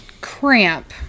cramp